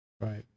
Right